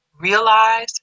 realize